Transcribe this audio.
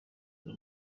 aza